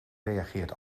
reageert